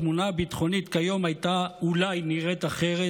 התמונה הביטחונית כיום הייתה אולי נראית אחרת,